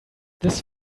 this